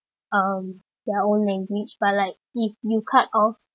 um their own language but like if you cut off